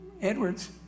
Edwards